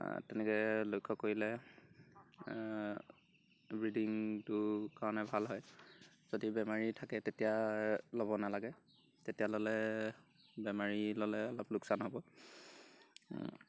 তেনেকে লক্ষ্য় কৰিলে ব্ৰিডিংটোৰ কাৰণে ভাল হয় যদি বেমাৰী থাকে তেতিয়া ল'ব নালাগে তেতিয়া ল'লে বেমাৰী ল'লে অলপ লোকচান হ'ব